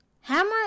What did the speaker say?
Hammer